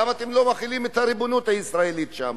למה אתם לא מחילים את הריבונות הישראלית שם?